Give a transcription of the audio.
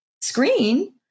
screen